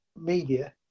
media